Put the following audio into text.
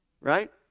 right